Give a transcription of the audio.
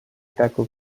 taco